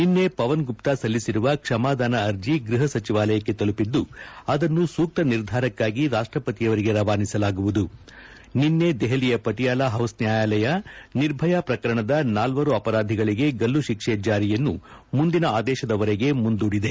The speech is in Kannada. ನಿನ್ಲೆ ಪವನ್ ಗುಪ್ತಾ ಸಲ್ಲಿಸಿರುವ ಕ್ಷಮಾದಾನ ಅರ್ಜಿ ಗ್ವಹ ಸಚಿವಾಲಯಕ್ಷೆ ತಲುಪಿದ್ದು ಅದನ್ತು ಸೂಕ್ಷ ನಿರ್ಧಾರಕ್ಕಾಗಿ ರಾಷ್ಟ್ರಪತಿಯವರಿಗೆ ರವಾನಿಸಲಾಗುವುದು ನಿನ್ನೆ ದೆಹಲಿಯ ಪಟಿಯಾಲ ಹೌಸ್ ನ್ಯಾಯಾಲಯ ನಿರ್ಭಯಾ ಪ್ರಕರಣದ ನಾಲ್ವರು ಅಪರಾಧಿಗಳಿಗೆ ಗಲ್ಲು ಶಿಕ್ಷೆ ಜಾರಿಯನ್ನು ಮುಂದಿನ ಆದೇಶದವರೆಗೆ ಮುಂದೂಡಿದೆ